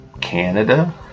Canada